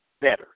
better